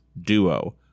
duo